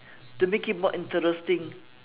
to make it more interesting